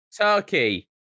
Turkey